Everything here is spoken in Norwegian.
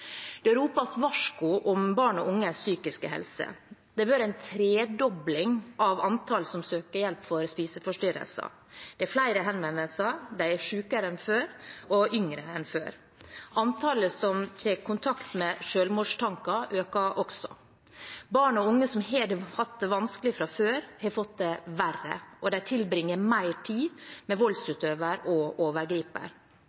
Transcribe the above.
Det ropes varsko om barn og unges psykiske helse. Det har vært en tredobling av antall som søker hjelp for spiseforstyrrelser. Det er flere henvendelser, de er sykere enn før, og de er yngre enn før. Antallet som tar kontakt med selvmordstanker, øker også. Barn og unge som har hatt det vanskelig fra før, har fått det verre, og de tilbringer mer tid med